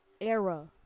era